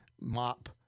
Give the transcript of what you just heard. mop